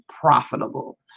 profitable